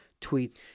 tweet